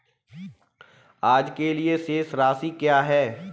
आज के लिए शेष राशि क्या है?